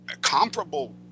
comparable